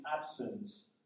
absence